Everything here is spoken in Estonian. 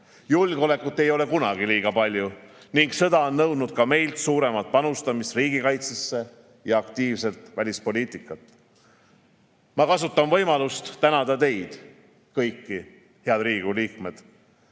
Julgeolekut ei ole kunagi liiga palju ning sõda on nõudnud ka meilt suuremat panustamist riigikaitsesse ja aktiivset välispoliitikat. Ma kasutan võimalust ja tänan teid kõiki, head Riigikogu liikmed,